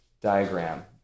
diagram